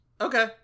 Okay